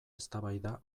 eztabaida